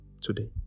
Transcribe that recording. today